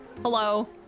Hello